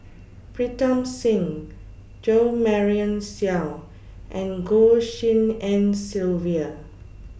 Pritam Singh Jo Marion Seow and Goh Tshin En Sylvia